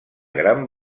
gran